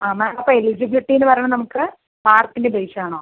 ആ മാം അപ്പോൾ എലിജിബിലിറ്റിയെന്ന് പറയുമ്പോൾ നമുക്ക് മാർക്കിൻ്റെ ബേസ് ആണോ